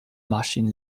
machine